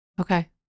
Okay